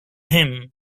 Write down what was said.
him